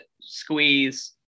squeeze